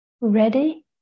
ready